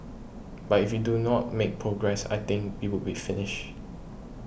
but if you do not make progress I think we would be finished